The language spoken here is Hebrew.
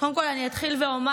קודם כול אני אתחיל ואומר,